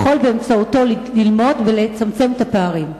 יכול באמצעותו ללמוד ולצמצם את הפערים.